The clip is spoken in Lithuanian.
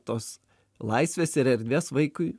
tos laisvės ir erdvės vaikui